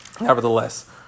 Nevertheless